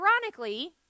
ironically